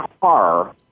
car